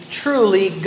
truly